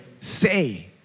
say